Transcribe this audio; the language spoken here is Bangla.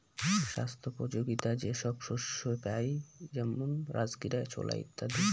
স্বাস্থ্যোপযোগীতা যে সব শস্যে পাই যেমন রাজগীরা, ছোলা ইত্যাদি